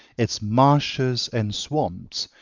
its marshes and swamps.